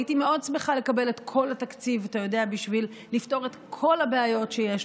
הייתי מאוד שמחה לקבל את כל התקציב בשביל לפתור את כל הבעיות שיש לנו.